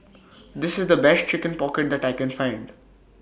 This IS The Best Chicken Pocket that I Can Find